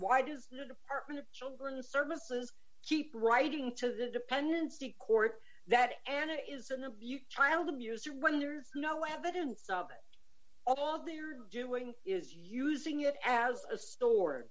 why does the department of children's services keep writing to the dependency court that anna is an abused child abuser when there's no evidence of it all they're doing is using it as a stor